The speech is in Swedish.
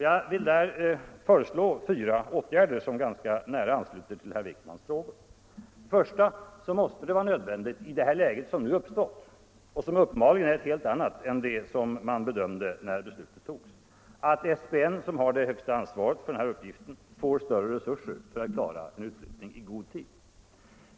Jag vill föreslå fyra åtgärder som ganska nära ansluter till herr Wijkmans frågor. För det första måste det vara nödvändigt att SPN, som har det högsta ansvaret för den här frågan, får större resurser för att klara en utflyttning i god tid.